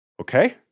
okay